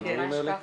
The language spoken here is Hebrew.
ממש כך.